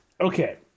okay